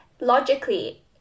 logically